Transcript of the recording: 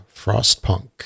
Frostpunk